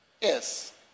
yes